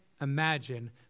imagine